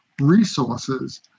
resources